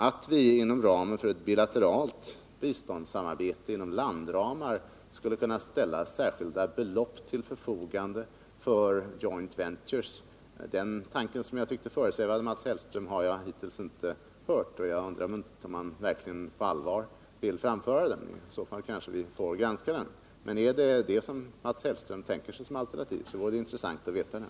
Att vi inom ramen för ett bilateralt biståndssamarbete inom landramar skulle kunna ställa särskilda belopp till förfogande för joint ventures — den tanke som jag tyckte föresvävade Mats Hellström — har jag hittills inte hört, och jag undrar om man verkligen på allvar vill framföra den tanken. I så fall kanske vi får granska den. Men är det detta som Mats Hellström tänker sig som alternativ, vore det intressant att få veta det.